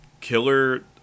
killer